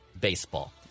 Baseball